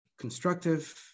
constructive